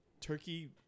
Turkey